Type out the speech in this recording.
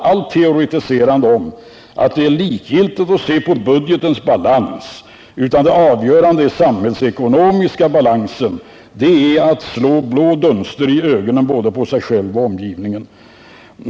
Allt teoretiserande om att det är likgiltigt att se på budgetens balans och att det avgörande är den samhällsekonomiska balansen är att slå blå dunster i ögonen på både sig själv och omgivningen.